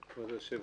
כבוד היושב-ראש,